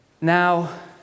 Now